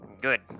Good